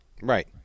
Right